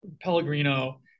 Pellegrino